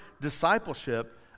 discipleship